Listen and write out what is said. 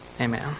Amen